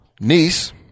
niece